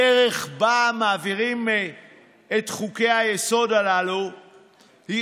הדרך שבה מעבירים את חוקי-היסוד הללו היא